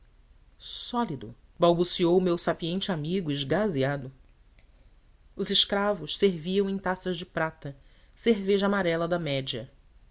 sólido balbuciou o meu sapiente amigo esgazeado os escravos serviam em taças de prata cerveja amarela da média